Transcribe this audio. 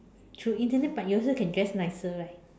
through internet but you also can guess nicer right